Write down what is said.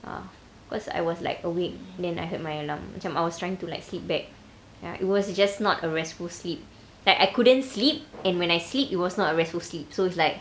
ah cause I was like awake then I heard my alarm macam I was trying to like sleep back ya it was just not a restful sleep like I couldn't sleep and when I sleep it was not a restful sleep so it's like